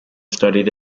studied